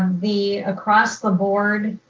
the across the board,